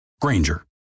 Granger